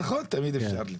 נכון, תמיד אפשר.